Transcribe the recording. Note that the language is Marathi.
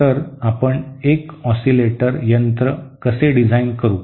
तर आपण एक ऑसिलेटर यंत्र कसे डिझाइन करू